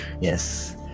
Yes